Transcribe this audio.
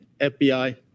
FBI